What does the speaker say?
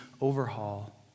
overhaul